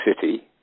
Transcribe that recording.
City